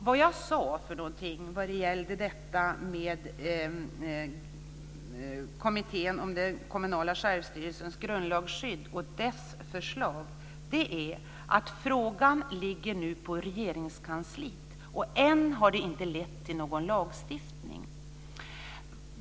Herr talman! Vad jag sade om förslagen från kommittén om den kommunala självstyrelsens grundlagsskydd var att frågan nu ligger hos Regeringskansliet. Den har ännu inte lett till någon lagstiftning.